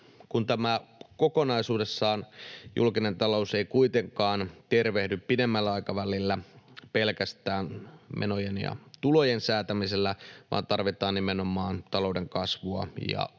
ei kokonaisuudessaan kuitenkaan tervehdy pidemmällä aikavälillä pelkästään menojen ja tulojen säätämisellä, vaan tarvitaan nimenomaan talouden kasvua ja